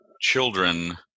children